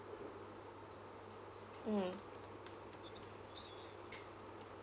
mm